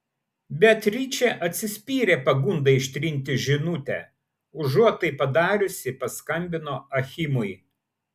beatričė atsispyrė pagundai ištrinti žinutę užuot tai padariusi paskambino achimui